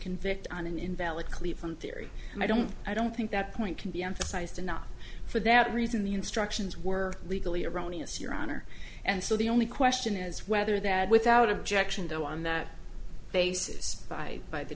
convict on an invalid cleveland theory and i don't i don't think that point can be emphasized enough for that reason the instructions were legally erroneous your honor and so the only question is whether that without objection though on that basis by by the